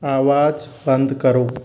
आवाज़ बंद करें